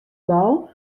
bal